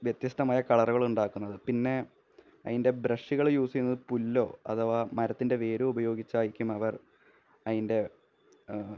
വ്യത്യസ്തമായ കളറുകള് ഉണ്ടാക്കുന്നത് പിന്നെ അതിന്റെ ബ്രഷുകള് യൂസ് ചെയ്യുന്നത് പുല്ലോ അഥവാ മരത്തിന്റെ വേരോ ഉപയോഗിച്ചായിരിക്കും അവര് അതിന്റെ